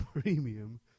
premium